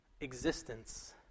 existence